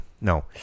No